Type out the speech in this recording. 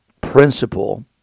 principle